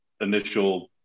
initial